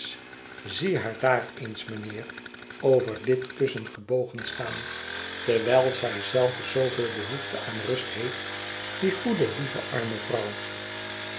zie haar daar eens mijnheer over dit kussen gebogen staan terwijl zij zelve zooveel behoefte aan rust heeft die goede lieve arme vrouw